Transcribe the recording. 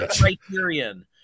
Criterion